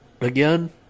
Again